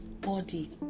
body